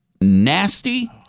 nasty